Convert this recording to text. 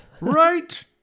Right